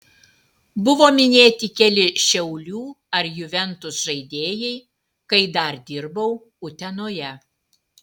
buvo minėti keli šiaulių ar juventus žaidėjai kai dar dirbau utenoje